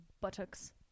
buttocks